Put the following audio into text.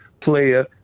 player